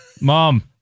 mom